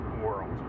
world